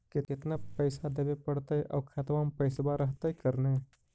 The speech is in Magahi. केतना पैसा देबे पड़तै आउ खातबा में पैसबा रहतै करने?